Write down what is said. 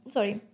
Sorry